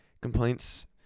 complaints